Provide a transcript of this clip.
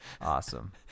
awesome